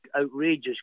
outrageous